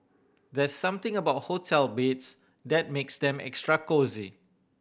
there's something about hotel beds that makes them extra cosy